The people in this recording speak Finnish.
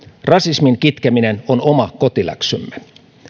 rasismin kitkeminen on oma kotiläksymme